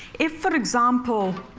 if, for example,